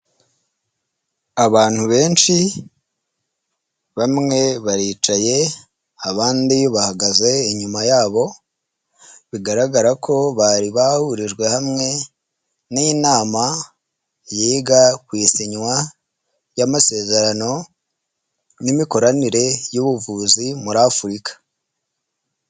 Abantu benshi, bamwe baricaye, abandi bahagaze inyuma yabo, bigaragara ko bari bahurijwe hamwe n'inama yiga ku isinywa ry'amasezerano n'imikoranire y'ubuvuzi muri Afurika.